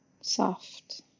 soft